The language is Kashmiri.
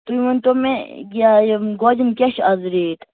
تُہۍ ؤنۍتو مےٚ یا یِم گوجَن کیٛاہ چھِ آز ریٹ